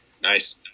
Nice